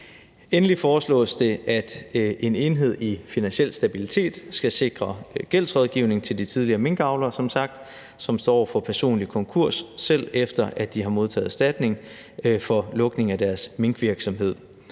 Endelig foreslås det, at en enhed i Finansiel Stabilitet skal sikre gældsrådgivning til de tidligere minkavlere, som står over for personlig konkurs, selv efter at de har modtaget erstatning for lukning af deres minkvirksomhed.